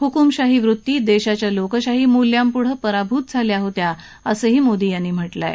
हुकुमशाही वृत्ती देशाच्या लोकशाही मुल्यांपुढं पराभूत झाल्या होत्या असंही मोदी यांनी म्हटलं आहे